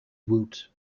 wood